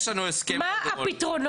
מה הפתרונות?